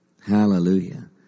Hallelujah